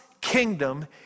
kingdom